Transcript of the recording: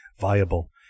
Viable